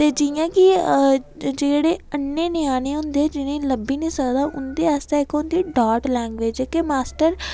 ते जि'यां की जेह्ड़े अ'न्नै ञ्यानें होंदे जि'नें ईं लब्भी निं सकदा उं'दे आस्तै इक्क होंदी डॉट लैंग्वेज